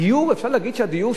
אפשר להגיד שהדיור,